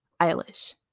Eilish